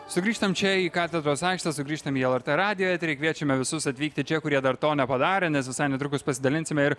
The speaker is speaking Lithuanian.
sugrįžtam čia į katedros aikštę sugrįžtam į lrt radijo eterį kviečiame visus atvykti čia kurie dar to nepadarė nes visai netrukus pasidalinsime ir